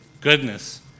goodness